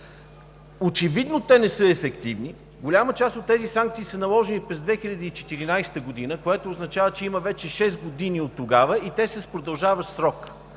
Очевидно те не са ефективни – голяма част от тези санкции са наложени през 2014 г., което означава, че има вече шест години оттогава и те са с продължаващ срок.